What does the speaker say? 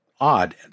odd